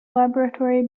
laboratory